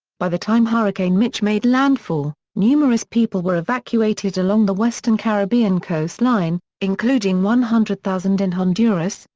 by the time hurricane mitch made landfall, numerous people were evacuated along the western caribbean coastline, including one hundred thousand in honduras,